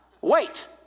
wait